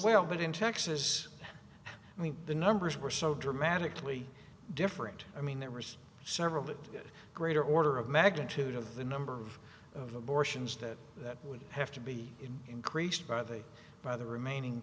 well but in texas i mean the numbers were so dramatically different i mean there were several that get greater order of magnitude of the number of abortions that that would have to be in increased by the by the remaining